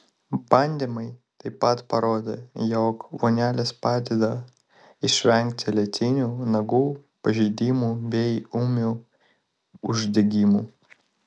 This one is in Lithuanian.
bandymai taip pat parodė jog vonelės padeda išvengti lėtinių nagų pažeidimų bei ūmių uždegimų